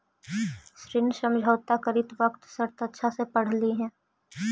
ऋण समझौता करित वक्त शर्त अच्छा से पढ़ लिहें